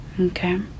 Okay